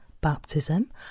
baptism